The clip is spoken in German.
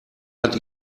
hat